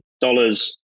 dollars